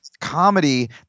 comedy